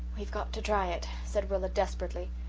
we've got to try it, said rilla desperately.